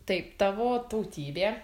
taip tavo tautybė